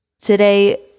Today